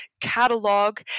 catalog